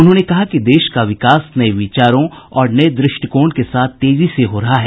उन्होंने कहा कि देश का विकास नये विचारों और नये द्रष्टिकोण के साथ तेजी से हो रहा है